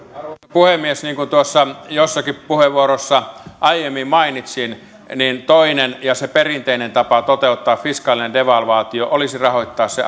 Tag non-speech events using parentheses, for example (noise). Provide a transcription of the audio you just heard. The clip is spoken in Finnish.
puhemies niin kuin tuossa jossakin puheenvuorossa aiemmin mainitsin niin toinen ja se perinteinen tapa toteuttaa fiskaalinen devalvaatio olisi rahoittaa se (unintelligible)